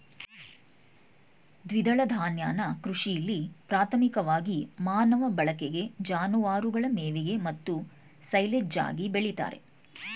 ದ್ವಿದಳ ಧಾನ್ಯನ ಕೃಷಿಲಿ ಪ್ರಾಥಮಿಕವಾಗಿ ಮಾನವ ಬಳಕೆ ಜಾನುವಾರುಗಳ ಮೇವಿಗೆ ಮತ್ತು ಸೈಲೆಜ್ಗಾಗಿ ಬೆಳಿತಾರೆ